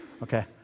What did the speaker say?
Okay